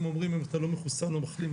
אומרים שאם אתה לא מחוסן או מחלים,